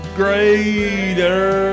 greater